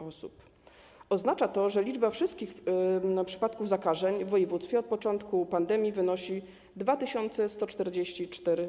Oznacza to, że liczba wszystkich przypadków zakażeń w województwie od początku pandemii wynosi 2144.